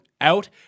out